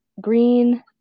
Green